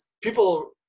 people